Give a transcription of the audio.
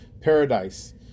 paradise